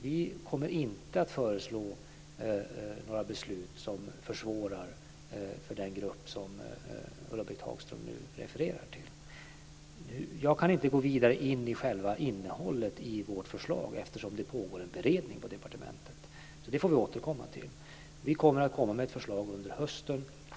Vi kommer inte att föreslå några beslut som försvårar för den grupp som Ulla-Britt Hagström nu refererar till. Jag kan inte gå in på själva innehållet i vårt förslag, eftersom det pågår en beredning på departementet, så det får jag återkomma till. Vi kommer att lägga fram ett förslag under hösten.